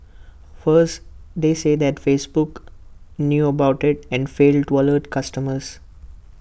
worse they say that Facebook knew about IT and failed to alert customers